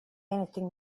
anything